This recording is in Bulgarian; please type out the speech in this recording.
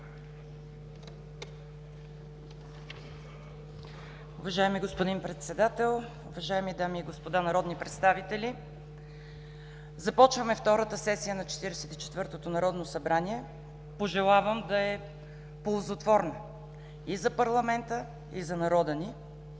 Уважаеми господин Председател, уважаеми дами и господа народни представители! Започваме втората сесия на Четиридесет и четвъртото народно събрание. Пожелавам да е ползотворна и за парламента, и за народа ни!